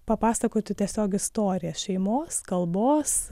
papasakoti tiesiog istoriją šeimos kalbos